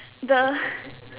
the